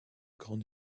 grande